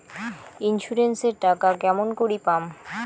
Insurance এর টাকা কেমন করি পাম?